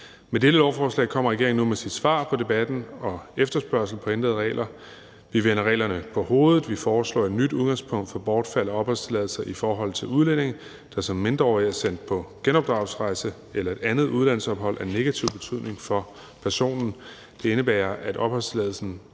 Med dette lovforslag kommer regeringen nu med sit svar på debatten og efterspørgslen på ændrede regler. Vi vender reglerne på hovedet; vi foreslår et nyt udgangspunkt for bortfald af opholdstilladelser i forhold til udlændinge, der som mindreårige er sendt på genopdragelsesrejse eller et andet udlandsophold af negativ betydning for personen. Det indebærer, at opholdstilladelsen